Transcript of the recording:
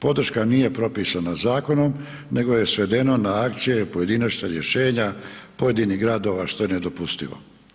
Podrška nije propisana zakonom, nego je svedeno na akcije i pojedinačna rješenja pojedinih gradova, što je nedopustivo.